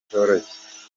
utoroshye